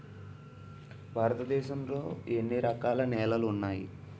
భారతదేశం లో ఎన్ని రకాల నేలలు ఉన్నాయి?